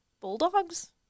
Bulldogs